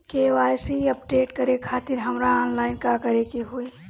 KYC update करे खातिर हमरा ऑनलाइन का करे के होई?